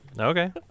Okay